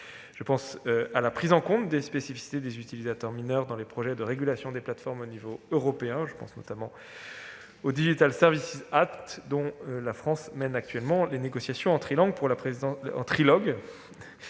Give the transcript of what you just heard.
Je pense à la prise en compte des spécificités des utilisateurs mineurs dans les projets de régulation des plateformes au niveau européen. Il s'agit, notamment, du, dont la France mène actuellement les négociations en trilogue